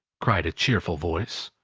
cried a cheerful voice.